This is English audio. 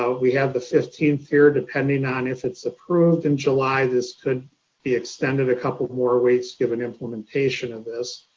ah we have the fifteenth here, depending on if it's approved in july, this could be extended a couple more weeks given implementation of this.